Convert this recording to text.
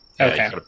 okay